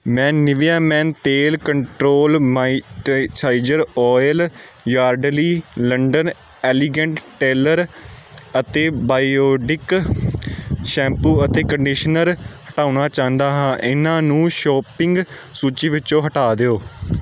ਮੈਂ Nivea men ਤੇਲ control moisturizer oil Yardley London elegant tailor ਅਤੇ Biotique shampoo ਅਤੇ ਕੰਡੀਸ਼ਨਰ ਹਟਾਉਣਾ ਚਾਹੁੰਦਾ ਹਾਂ ਇਹਨਾਂ ਨੂੰ ਸ਼ੋਪਿੰਗ ਸੂਚੀ ਵਿੱਚੋਂ ਹਟਾ ਦਿਓ